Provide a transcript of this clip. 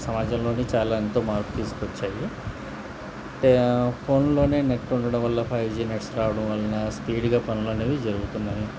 సమాజంలోని చాలా ఎంతో మార్పు తీసుకొచ్చాయి ఫోన్లోనే నెట్ ఉండడం వల్ల ఫైవ్ జి నెట్స్ రావడం వలన స్పీడ్గా పనులు అనేవి జరుగుతున్నాయి